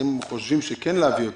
חושבים להעביר אותו,